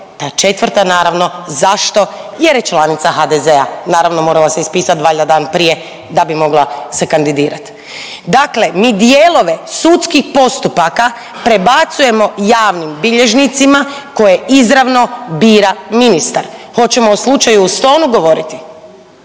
Ta četvrta naravno. Zašto? Jer je članica HDZ-a. Naravno morala se ispisati valjda dan prije da bi mogla se kandidirati. Dakle, mi dijelove sudskih postupaka prebacujemo javnim bilježnicima koje izravno bira ministar. Hoćemo o slučaju u Stonu govoriti?